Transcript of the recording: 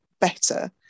better